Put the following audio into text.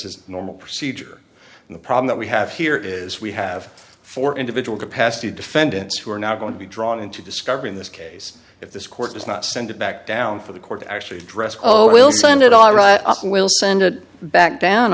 a normal procedure and the problem that we have here is we have four individual capacity defendants who are not going to be drawn into discovery in this case if this court does not send it back down for the court actually addressed oh we'll send it all right we'll send it back down